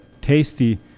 tasty